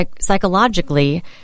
psychologically